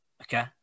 Okay